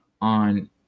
on